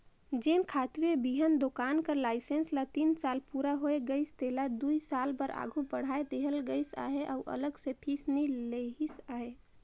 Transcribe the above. जेन खातूए बीहन दोकान कर लाइसेंस ल तीन साल पूरा होए गइस तेला दुई साल बर आघु बढ़ाए देहल गइस अहे अउ अलग ले फीस नी लेहिस अहे